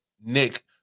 Nick